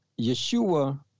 Yeshua